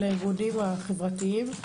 לארגונים החברתיים.